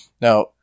Now